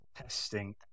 testing